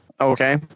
Okay